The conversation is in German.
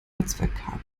netzwerkkabel